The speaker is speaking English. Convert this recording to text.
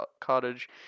cottage